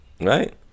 right